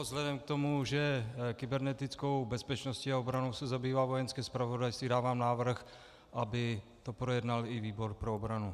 Vzhledem k tomu, že kybernetickou bezpečností a obranou se zabývá Vojenské zpravodajství, dávám návrh, aby to projednal i výbor pro obranu.